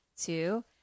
two